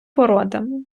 породами